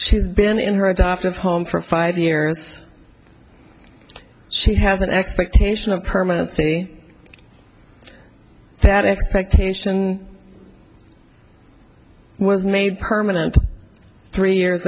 she's been in her adoptive home for five years she has an expectation of permanency that expectation was made permanent three years